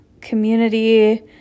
community